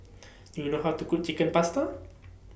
Do YOU know How to Cook Chicken Pasta